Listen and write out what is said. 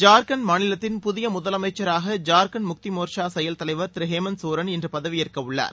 ஜார்க்கண்ட் மாநிலத்தின் புதிய முதலமைச்சராக ஜார்க்கண்ட் முக்தி மோர்ச்சர செயல் தலைவர் திரு ஹேமந்த் சோரன் இன்று பதவியேற்க உள்ளார்